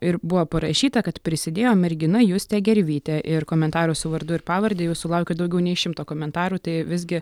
ir buvo parašyta kad prisidėjo mergina justė gervytė ir komentarų su vardu ir pavarde jau sulaukė daugiau nei šimto komentarų tai visgi